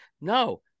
No